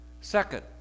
Second